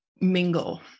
mingle